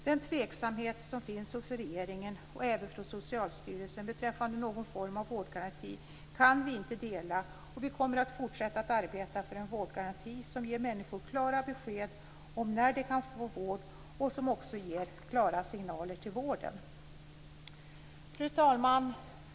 Den tveksamhet som finns hos regeringen och även från Socialstyrelsens sida beträffande någon form av vårdgaranti kan vi inte dela. Vi kommer att fortsätta att arbeta för en vårdgaranti som ger människor klara besked om när de kan få vård och som också ger klara signaler till vården. Fru talman!